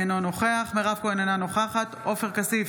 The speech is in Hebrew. אינו נוכח מירב כהן, אינה נוכחת עופר כסיף,